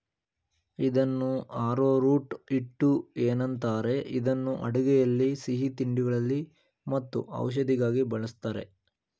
ಇದನ್ನು ಆರೋರೂಟ್ ಹಿಟ್ಟು ಏನಂತಾರೆ ಇದನ್ನು ಅಡುಗೆಯಲ್ಲಿ ಸಿಹಿತಿಂಡಿಗಳಲ್ಲಿ ಮತ್ತು ಔಷಧಿಗಾಗಿ ಬಳ್ಸತ್ತರೆ